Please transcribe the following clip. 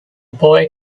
boy